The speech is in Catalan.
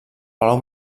palau